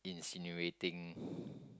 incinerating